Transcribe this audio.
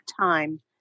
time